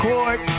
Court